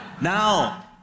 Now